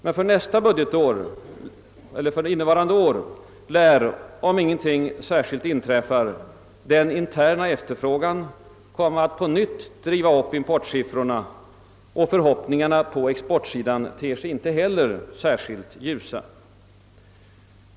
Men för inneva rande år lär, om ingenting särskilt inträffar, den interna efterfrågan komma att på nytt driva upp importsiffrorna, och förhoppningarna på exportsidan ter sig inte heller särskilt ljusa.